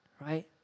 right